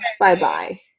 Bye-bye